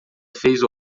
fez